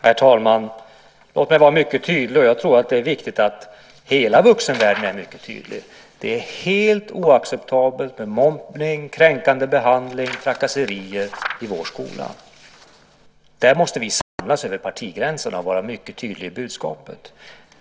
Herr talman! Låt mig vara mycket tydlig. Jag tror att det är viktigt att hela vuxenvärlden är mycket tydlig: Det är helt oacceptabelt med mobbning, kränkande behandling och trakasserier i vår skola. Vi bör samlas över partigränserna och vara mycket tydliga i budskapet.